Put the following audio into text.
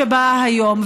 שבאה היום,